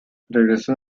regresó